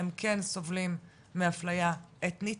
הם כן סובלים מאפליה אתנית.